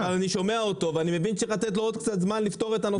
אבל אני שומע אותו ואני מבין שצריך לתת לו עוד קצת זמן לפתור את הנושא.